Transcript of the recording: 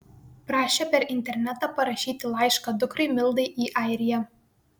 prašė per internetą parašyti laišką dukrai mildai į airiją